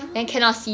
!huh!